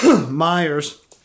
Myers